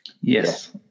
Yes